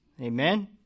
Amen